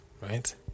right